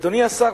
אדוני השר,